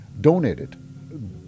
donated